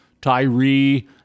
Tyree